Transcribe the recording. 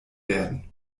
werden